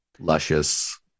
luscious